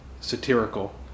satirical